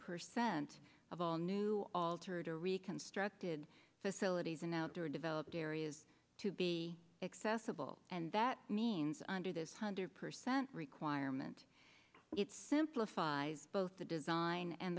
percent of all new altered or reconstructed facilities in outdoor developed areas to be excess of all and that means under this hundred percent requirement it's simplifies both the design and